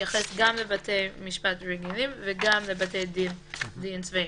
שמתייחס גם לבתי משפט רגילים וגם לבתי דין צבאיים.